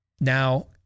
Now